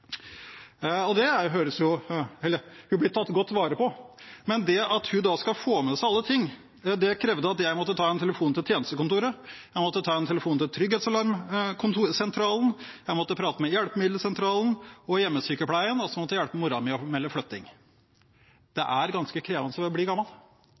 tatt godt vare på, men det at hun skulle få med seg alle ting, krevde at jeg måtte ta en telefon til tjenestekontoret, jeg måtte ta en telefon til trygghetsalarmsentralen, jeg måtte prate med hjelpemiddelsentralen og hjemmesykepleien, og så måtte jeg hjelpe moren min å melde flytting. Det er ganske krevende å bli gammel,